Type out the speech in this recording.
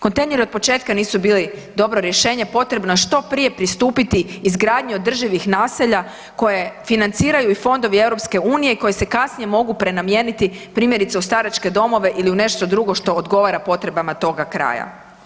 Kontejneri otpočetka nisu bili dobro rješenje, potrebno je što prije pristupiti izgradnji održivih naselja koje financiraju i fondovi EU-a i koji se kasnije mogu prenamijeniti primjerice u staračke domove ili u nešto drugo što odgovara potrebama toga kraja.